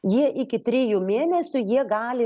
jie iki trijų mėnesių jie gali